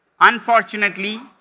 Unfortunately